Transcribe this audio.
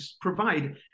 provide